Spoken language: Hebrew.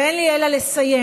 ואין לי אלא לסיים: